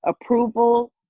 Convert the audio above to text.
approval